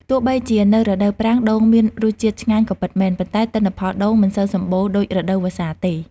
ទោះបីជានៅរដូវប្រាំង ដូងមានរសជាតិឆ្ងាញ់ក៏ពិតមែន ប៉ុន្តែទិន្នផលដូងមិនសូវសម្បូរដូចរដូវវស្សាទេ។